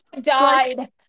Died